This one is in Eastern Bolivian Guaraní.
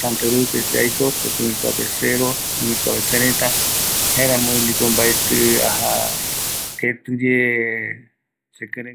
santa cruzpe se aiko, porque oime kuape sero, oime kuape serëta, jaeramovi ndipo mbaeti aja ketiye sekirei